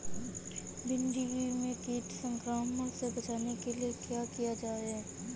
भिंडी में कीट संक्रमण से बचाने के लिए क्या किया जाए?